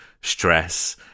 stress